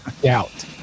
doubt